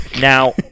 Now